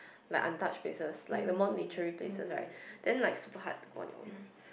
like untouched places like the more naturey places right then like super hard to go on your own